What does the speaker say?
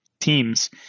teams